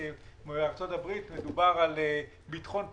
בארצות הברית מדובר על ביטחון פדיון,